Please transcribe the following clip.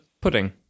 pudding